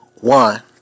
One